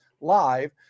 live